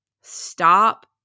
Stop